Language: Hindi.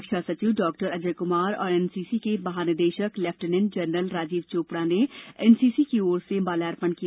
रक्षा सचिव डॉक्टर अजय कुमार और एनसीसी के महानिदेशक लेफ्टिनेंट जनरल राजीव चोपड़ा ने एनसीसी की ओर से माल्यार्पण किया